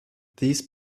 these